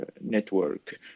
network